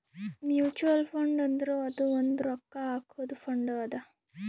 mutual fund ಅಂದುರ್ ಅದು ಒಂದ್ ರೊಕ್ಕಾ ಹಾಕಾದು ಫಂಡ್ ಅದಾ